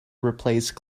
replace